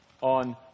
on